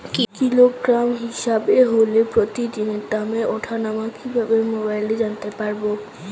Kilogram হিসাবে হলে প্রতিদিনের দামের ওঠানামা কিভাবে মোবাইলে জানতে পারবো?